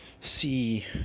see